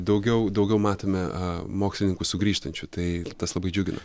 daugiau daugiau matome mokslininkų sugrįžtančių tai tas labai džiugina